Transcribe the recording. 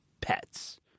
pets